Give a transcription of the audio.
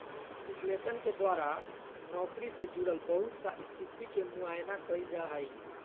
विश्लेषण के द्वारा नौकरी से जुड़ल बहुत सा स्थिति के मुआयना कइल जा हइ